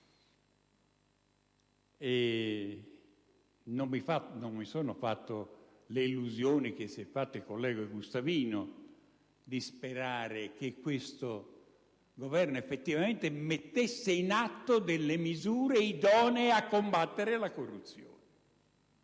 Non mi sono fatto le illusioni del collega Gustavino che ha sperato che questo Governo effettivamente mettesse in atto delle misure idonee a combattere la corruzione,